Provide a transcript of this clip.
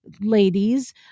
ladies